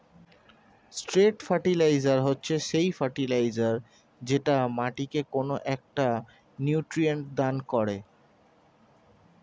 straight fertiliser হচ্ছে সেই fertiliser যেটা মাটিকে কোনো একটা নিউট্রিয়েন্ট দান করে